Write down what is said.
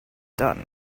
done